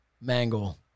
Mangle